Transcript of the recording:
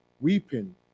Weeping